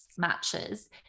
matches